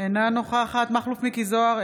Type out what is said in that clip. אינה נוכחת מכלוף מיקי זוהר,